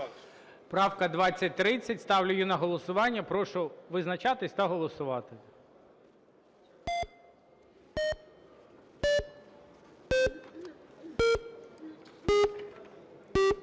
Правка 2030, ставлю її на голосування. Прошу визначатись та голосувати.